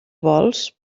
vols